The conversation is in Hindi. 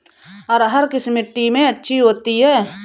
अरहर किस मिट्टी में अच्छी होती है?